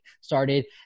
started